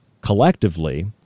collectively